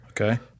Okay